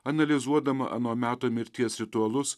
analizuodama ano meto mirties ritualus